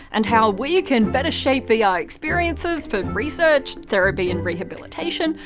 and how we can better shape vr yeah ah experiences for research, therapy and rehabilitation,